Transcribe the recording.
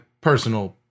personal